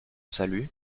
salut